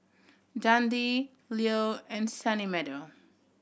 Dundee Leo and Sunny Meadow